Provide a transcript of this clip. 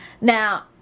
Now